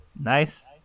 nice